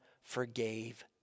forgave